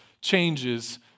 changes